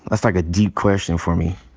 that's like a deep question for me.